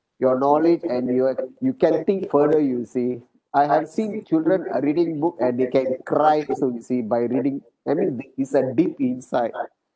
your knowledge and your you can think further you see I have seen children are reading book and they can cry also you see by reading I mean it's a deep inside